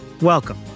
Welcome